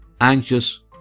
anxious